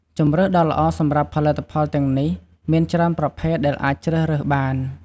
ជម្រើសដ៏ល្អសម្រាប់ផលិតផលទាំងនេះ មានច្រើនប្រភេទដែលអាចជ្រើសរើសបាន។